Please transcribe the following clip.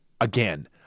again